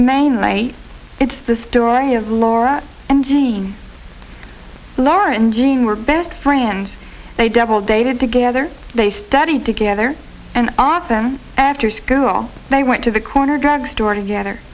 mainly it's the story of laura and judy laura and jean were best friends they double dated together they studied together and often after school they went to the corner drugstore together